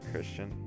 Christian